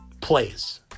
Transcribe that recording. plays